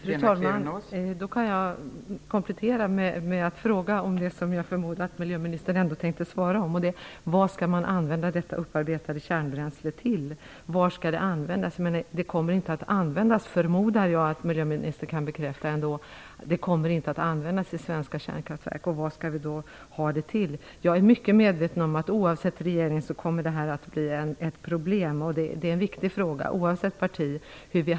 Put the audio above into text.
Fru talman! Låt mig komplettera med att ställa frågan vars svar jag förmodar att miljöministerna tänkte ge, nämligen: Vad skall det upparbetade kärnbränslet användas till, och var skall det användas? Jag förmodar att miljöministern kan bekräfta att det inte kommer att användas i svenska kärnkraftverk. Vad skall vi då ha det till? Jag är mycket medveten om att detta oavsett vilken regeringen vi än har, kommer att bli ett problem. Frågans hantering är viktig -- oavsett parti.